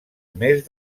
mes